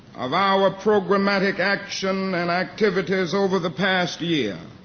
of our programmatic action and activities over the past year.